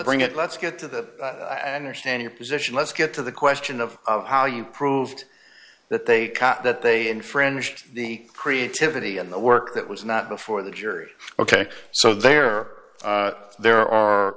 bring it let's get to that i understand your position let's get to the question of how you proved that they that they infringed the creativity in the work that was not before the jury ok so there there are